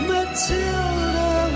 Matilda